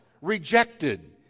rejected